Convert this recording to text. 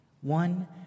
one